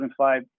2005